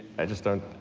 i just don't